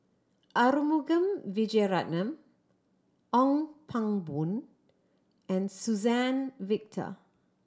Arumugam Vijiaratnam Ong Pang Boon and Suzann Victor